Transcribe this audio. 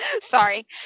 Sorry